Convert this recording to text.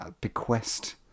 bequest